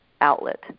outlet